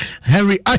Henry